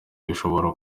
dushobora